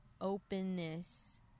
openness